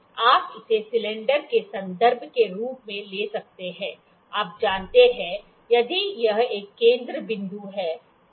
आप इसे सिलेंडर के संदर्भ के रूप में ले सकते हैं आप जानते हैं यदि यह एक केंद्र बिंदु है